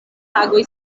tagoj